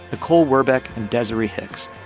nicole werbeck and desiree hicks.